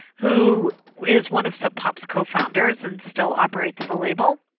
who is one of sub pop's co-founders and still operates the label.